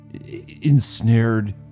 ensnared